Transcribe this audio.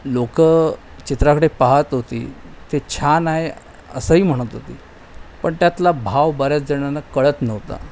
लोकं चित्राकडे पाहत होती ते छान आहे असंही म्हणत होती पण त्यातला भाव बऱ्याच जणांना कळत नव्हता